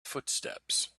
footsteps